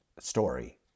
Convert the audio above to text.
story